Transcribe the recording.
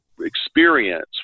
experience